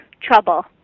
trouble